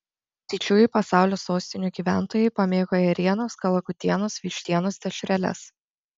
didžiųjų pasaulio sostinių gyventojai pamėgo ėrienos kalakutienos vištienos dešreles